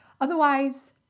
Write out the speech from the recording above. Otherwise